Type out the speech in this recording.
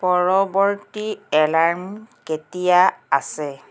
পৰৱৰ্তী এলাৰ্ম কেতিয়া আছে